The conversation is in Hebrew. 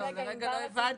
זהו לרגע לא הבנתי,